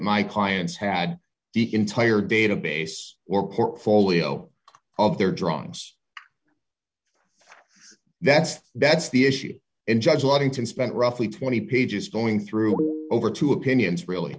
my clients had the entire database or portfolio of their drawings that's that's the issue and judge waddington spent roughly twenty pages going through over two opinions really